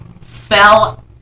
fell